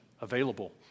available